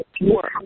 work